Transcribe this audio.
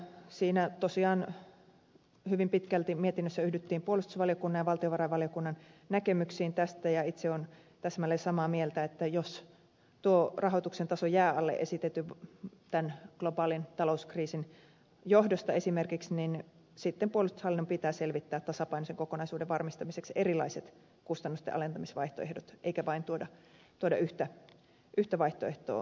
mietinnössä tosiaan hyvin pitkälti yhdyttiin puolustusvaliokunnan ja valtiovarainvaliokunnan näkemyksiin siitä ja itse olen täsmälleen samaa mieltä että jos tuo rahoituksen taso jää alle esitetyn esimerkiksi globaalin talouskriisin johdosta niin sitten puolustushallinnon pitää selvittää tasapainoisen kokonaisuuden varmistamiseksi erilaiset kustannusten alentamisvaihtoehdot eikä vain tuoda yhtä vaihtoehtoa tähän taloon